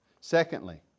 Secondly